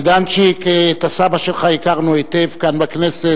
מיידנצ'יק, את הסבא שלך הכרנו היטב כאן בכנסת.